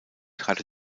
hatte